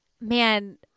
man